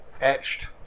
etched